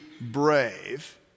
brave